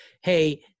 hey